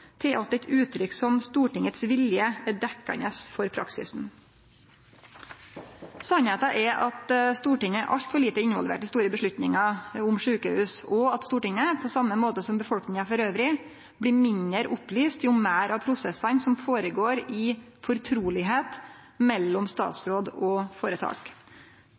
til at eit uttrykk som «Stortingets vilje» er dekkjande for praksisen. Sanninga er at Stortinget er altfor lite involvert i store avgjerder om sjukehus, og at Stortinget, på same måten som befolkninga elles, blir mindre opplyst jo meir av prosessane som går føre seg «i fortrolighet» mellom statsråd og føretak.